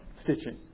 stitching